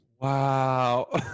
Wow